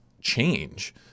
change